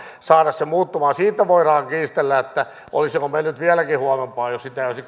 saada se muuttumaan siitä voidaan kiistellä olisiko mennyt vieläkin huonompaan jos ei olisi